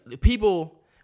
people